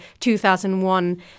2001